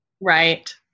Right